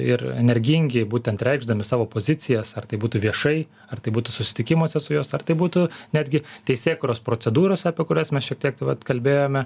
ir energingi būtent reikšdami savo pozicijas ar tai būtų viešai ar tai būtų susitikimuose su jos ar tai būtų netgi teisėkūros procedūros apie kurias mes šiek tiek vat kalbėjome